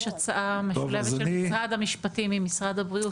יש הצעה משולבת של משרד המשפטים עם משרד הבריאות,